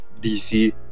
DC